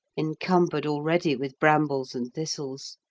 encumbered already with brambles and thistles.